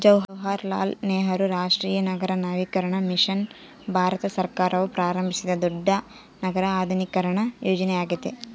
ಜವಾಹರಲಾಲ್ ನೆಹರು ರಾಷ್ಟ್ರೀಯ ನಗರ ನವೀಕರಣ ಮಿಷನ್ ಭಾರತ ಸರ್ಕಾರವು ಪ್ರಾರಂಭಿಸಿದ ದೊಡ್ಡ ನಗರ ಆಧುನೀಕರಣ ಯೋಜನೆಯ್ಯಾಗೆತೆ